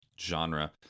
genre